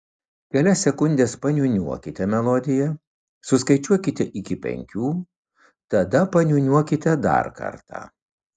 kelias sekundes paniūniuokite melodiją suskaičiuokite iki penkių tada paniūniuokite dar kartą